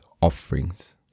offerings